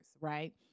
right